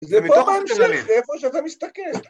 זה פה בהמשך, זה איפה שאתה מסתכל